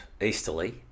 easterly